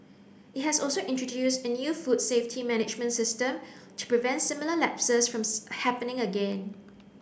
it has also introduced a new food safety management system to prevent similar lapses from happening again